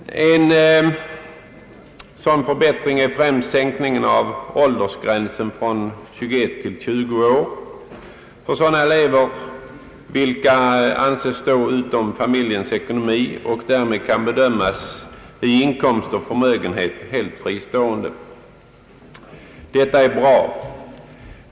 En sådan förbättring är sänkningen av åldersgränsen från 21 till 20 år för de elever vilka anses stå utom familjens ekonomi och därmed kan bedömas i fråga om inkomst och förmögenhet som helt fristående. Detta är bra.